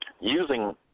using